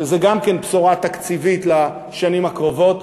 שזו גם כן בשורה תקציבית לשנים הקרובות,